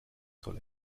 soll